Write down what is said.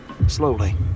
slowly